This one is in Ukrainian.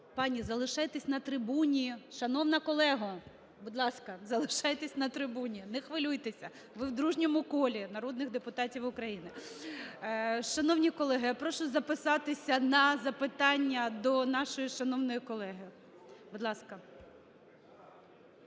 Пані, залишайтесь на трибуні. Шановна колего, будь ласка, залишайтесь на трибуні. Не хвилюйтеся, ви в дружньому колі народних депутатів України. Шановні колеги, я прошу записатися на запитання до нашої шановної колеги, будь ласка.